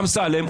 אמסלם,